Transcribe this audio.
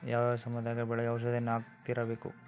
ಯಾವ ಯಾವ ಸಮಯದಾಗ ಬೆಳೆಗೆ ಔಷಧಿಯನ್ನು ಹಾಕ್ತಿರಬೇಕು?